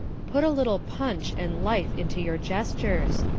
put a little punch and life into your gestures.